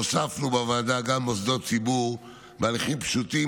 הוספנו בוועדה גם מוסדות ציבור בהליכים פשוטים,